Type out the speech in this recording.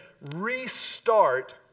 restart